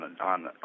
on